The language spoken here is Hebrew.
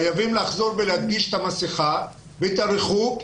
חייבים לחזור ולהדגיש את המסכה ואת הריחוק,